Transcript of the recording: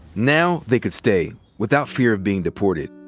now, they could stay without fear of being deported.